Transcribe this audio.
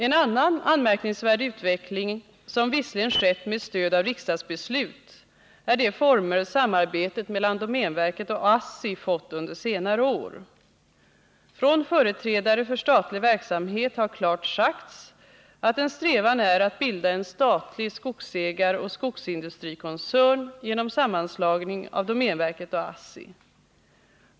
En annan anmärkningsvärd utveckling, som visserligen skett med stöd av riksdagsbeslut, är de former samarbetet mellan domänverket och ASSI fått under senare år. Företrädare för statlig verksamhet har klart sagt att en strävan är att bilda en statlig skogsägaroch skogsindustrikoncern genom sammanslagning av domänverket och ASSI.